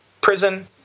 Prison